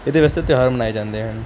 ਉਹਦੇ ਵਾਸਤੇ ਤਿਉਹਾਰ ਮਨਾਏ ਜਾਂਦੇ ਹਨ